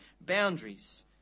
boundaries